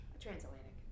Transatlantic